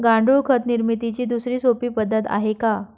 गांडूळ खत निर्मितीची दुसरी सोपी पद्धत आहे का?